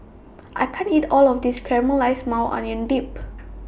I can't eat All of This Caramelized Maui Onion Dip